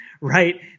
right